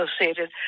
associated